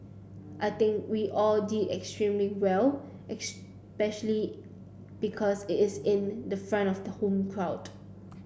I think we all did extremely well especially because it's in front of the home crowd